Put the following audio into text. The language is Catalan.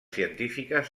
científiques